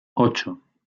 ocho